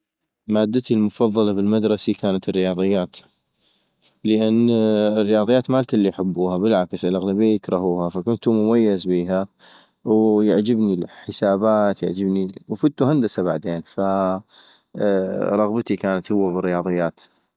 مادتي المفضلة بالمدرسي كانت الرياضات - لان الرياضيات ما الكل يحبوها بالعكس الاغلبية يكرهوها ، فكنتو مميز بيها - ويعجبني الحسابات يعجبني-فتو هندسة بعدين - فرغبتي هو كانت بالرياضيات